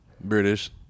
British